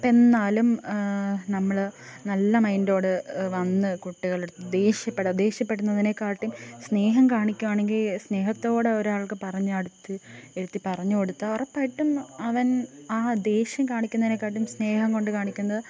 എന്നാലും നമ്മൾ നല്ല മൈൻ്റോടെ വന്ന് കുട്ടികളുടെ അടുത്ത് ദേഷ്യപ്പെട ദേഷ്യപ്പെടുന്നതിനെ കാട്ടിലും സ്നേഹം കാണിക്കുകയാണെങ്കിൽ സ്നേഹത്തോടെ ഒരാൾക്ക് പറഞ്ഞാൽ അടുത്ത് ഇരുത്തി പറഞ്ഞു കൊടുത്താൽ ഉറപ്പായിട്ടും അവൻ ആ ദേഷ്യം കാണിക്കുന്നതിനെക്കാട്ടിലും സ്നേഹം കൊണ്ടു കാണിക്കുന്നത്